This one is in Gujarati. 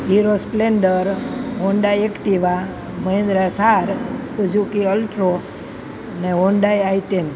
hero Splendor Honda Activa Mahindra Thar Suzuki Alto ને હોન્ડાઈ આઈ ટેન